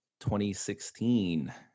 2016